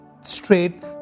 straight